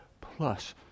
plus